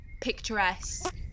picturesque